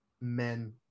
men